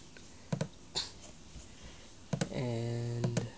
and